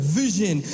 vision